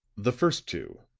the first two,